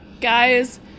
Guys